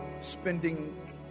spending